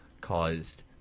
caused